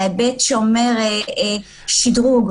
להיבט שאומר שדרוג,